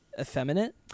effeminate